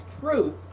truth